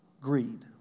Greed